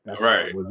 Right